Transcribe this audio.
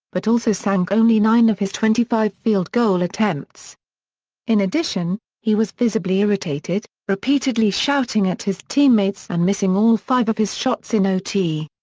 but also sank only nine of his twenty five field goal attempts in addition, he was visibly irritated, repeatedly shouting at his teammates and missing all five of his shots in ot.